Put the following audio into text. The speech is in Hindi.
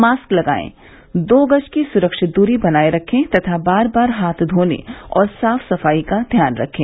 मास्क लगायें दो गज की सुरक्षित दूरी बनाये रखें तथा बार बार हाथ धोने और साफ सफाई का ध्यान रखें